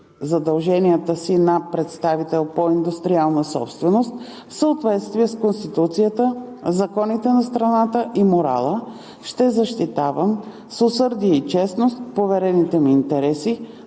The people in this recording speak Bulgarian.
задълженията си на представител по индустриална собственост в съответствие с Конституцията, законите на страната и морала, ще защитавам с усърдие и честност поверените ми интереси,